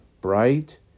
bright